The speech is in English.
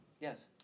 yes